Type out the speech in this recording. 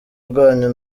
rwanyu